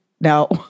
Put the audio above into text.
No